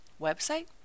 website